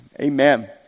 Amen